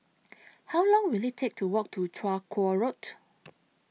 How Long Will IT Take to Walk to Chong Kuo Road